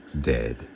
dead